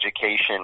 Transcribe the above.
education